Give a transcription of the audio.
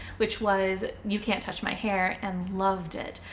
which was you can't touch my hair, and loved it.